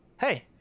hey